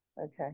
Okay